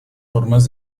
formas